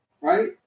right